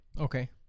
okay